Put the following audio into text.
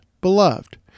beloved